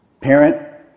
parent